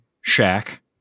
shack